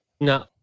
No